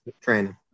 training